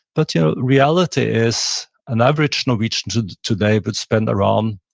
but your reality is an average norwegian today would spend around